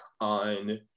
on